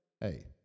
hey